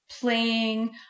playing